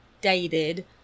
dated